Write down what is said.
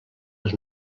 les